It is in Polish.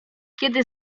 kiedy